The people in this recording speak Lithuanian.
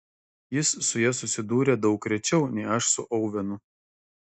jis su ja susidūrė daug rečiau nei aš su ovenu